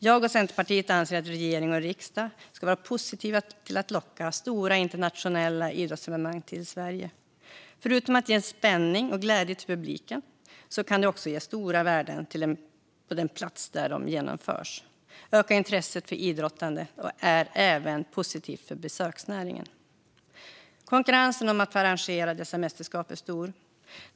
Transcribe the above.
Jag och Centerpartiet anser att regering och riksdag ska vara positiva till att locka stora internationella idrottsevenemang till Sverige. Förutom att ge spänning och glädje till publiken kan det också ge stora värden till den plats där de genomförs och öka intresset för idrottande. Det är även positivt för besöksnäringen. Konkurrensen om att få arrangera dessa mästerskap är stor.